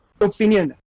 opinion